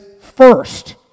first